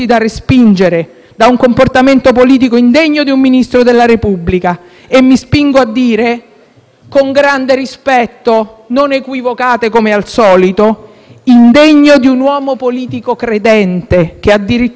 con grande rispetto, non equivocate come al solito - indegno di un uomo politico credente, che addirittura ha più volte sventolato nei suoi comizi il Vangelo e il Rosario. Ma forse, per